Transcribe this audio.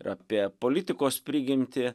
ir apie politikos prigimtį